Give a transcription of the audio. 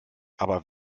aber